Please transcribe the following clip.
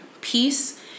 peace